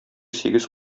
сигез